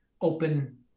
open